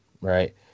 Right